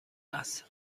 است